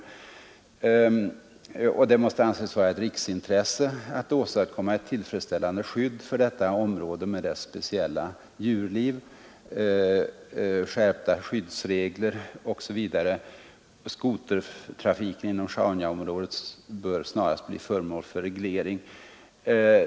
Det måste anses vara ett riksintresse att åstadkomma ett tillfredsställande skydd för detta område med dess speciella djurliv. Sådana skärpta skyddsregler bör införas ———. Utskottet utgår från att skotertrafiken inom Sjaunjaområdet snarast blir föremål för reglering” osv.